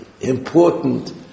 important